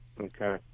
Okay